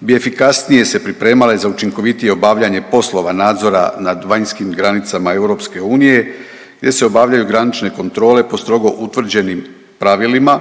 bi efikasnije se pripremale za učinkovitije obavljanje poslova nadzora nad vanjskim granicama EU gdje se obavljaju granične kontrole po strogo utvrđenim pravilima